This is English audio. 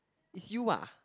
is you ah